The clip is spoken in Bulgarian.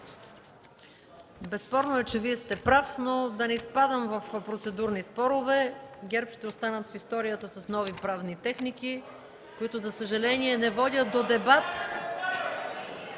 Безспорно е, че Вие сте прав, но да не изпадам в процедурни спорове. ГЕРБ ще останат в историята с нови правни техники, които, за съжаление, не водят до дебат